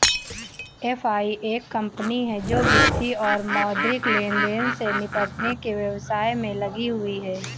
FI एक कंपनी है जो वित्तीय और मौद्रिक लेनदेन से निपटने के व्यवसाय में लगी हुई है